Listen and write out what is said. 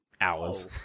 hours